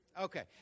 Okay